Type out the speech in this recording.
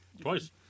Twice